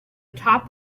top